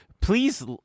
please